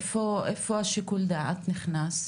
אז איפה שיקול הדעת נכנס?